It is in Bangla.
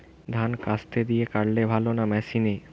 ধান কাস্তে দিয়ে কাটলে ভালো না মেশিনে?